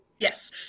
Yes